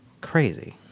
Crazy